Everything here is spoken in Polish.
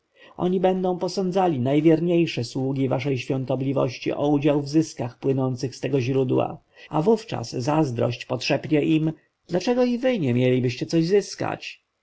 oni będą posądzali najwierniejsze sługi waszej świątobliwości o udział w zyskach płynących z tego źródła a wówczas zazdrość podszepnie im dlaczego i wy nie mielibyście coś zyskać